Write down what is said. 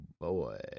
boy